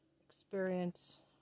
experience